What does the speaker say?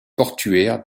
portuaire